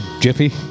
jiffy